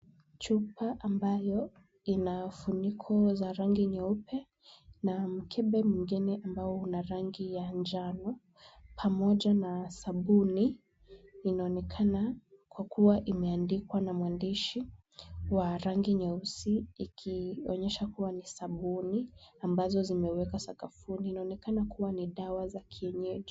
Chupa ambayo ina funiko za rangi nyeupe na mkembe mwingine ambao una rangi ya njano pamoja na sabuni, inaonekana kwa kuwa imeandikwa na mwandishi wa rangi nyeusi ikionyesha kuwa ni sabuni ambazo zimewekwa sakafuni. Inaonekana kuwa ni dawa za kienyeji.